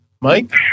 Mike